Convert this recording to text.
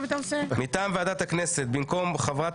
התשמ"ה 1985. מטעם ועדת הכנסת במקום חברת